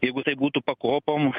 jeigu tai būtų pakopom